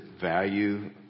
value